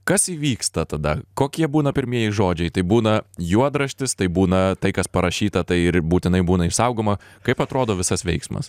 kas įvyksta tada kokie būna pirmieji žodžiai tai būna juodraštis tai būna tai kas parašyta tai ir būtinai būna išsaugoma kaip atrodo visas veiksmas